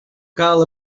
cal